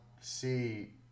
see